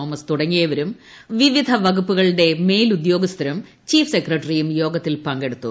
Thomas തുടങ്ങിയവരും വിവിധ വകുപ്പുകളുടെ മേലുദ്യോഗസ്ഥരും ചീഫ് സെക്രട്ടറിയും യോഗത്തിൽ പങ്കെടുത്തു